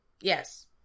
Yes